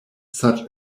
such